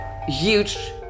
huge